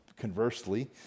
conversely